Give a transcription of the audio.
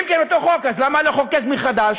אם אכן אותו חוק, אז למה לחוקק מחדש?